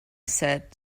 said